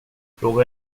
fråga